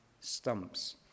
stumps